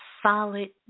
solid